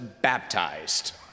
baptized